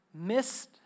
missed